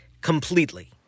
completely